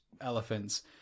elephants